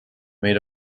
made